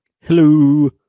Hello